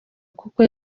kuko